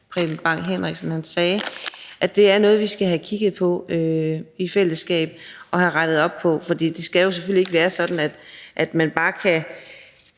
Preben Bang Henriksen sagde – er det noget, vi skal have kigget på i fællesskab og have rettet op på, for det skal jo selvfølgelig ikke være sådan, at man bare kan